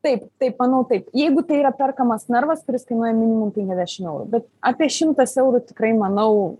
taip taip manau taip jeigu tai yra perkamas narvas kuris kainuoja minimum penkiasdešim eurų bet apie šimtas eurų tikrai manau